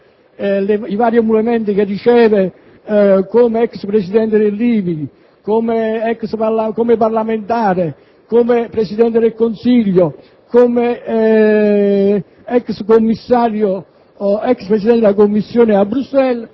i vari emolumenti che riceve come ex presidente dell'IRI, come parlamentare, come Presidente del Consiglio, come ex Presidente della Commissione europea